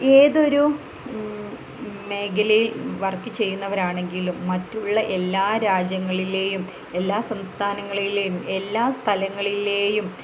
ഏതൊരു മേഖലയിൽ വർക്ക് ചെയ്യുന്നവരാണെങ്കിലും മറ്റുള്ള എല്ലാ രാജ്യങ്ങളിലേയും എല്ലാ സംസ്ഥാനങ്ങളിലെയും എല്ലാ സ്ഥലങ്ങളിലേയും